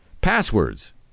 passwords